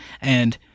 and-